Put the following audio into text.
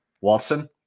Watson